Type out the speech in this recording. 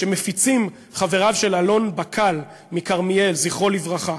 שמפיצים חבריו של אלון בקל מכרמיאל, זכרו לברכה.